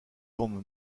tombe